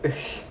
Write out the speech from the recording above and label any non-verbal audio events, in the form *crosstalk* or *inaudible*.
*laughs*